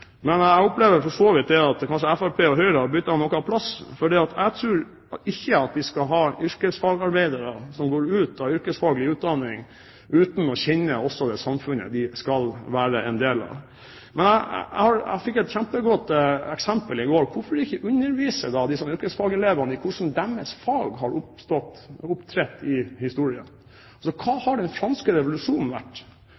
Men jeg opplever for så vidt at kanskje Fremskrittspartiet og Høyre har byttet plass. Jeg tror ikke vi skal ha yrkesfagarbeidere som går ut av yrkesfaglig utdanning uten også å kjenne det samfunnet de skal være en del av. Men jeg fikk et kjempegodt eksempel i går. Hvorfor ikke undervise yrkesfagelevene i hvordan deres fag har opptrådt i historien? Hva